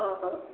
ଓଃ ହୋ